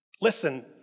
Listen